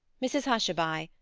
mrs hushabye.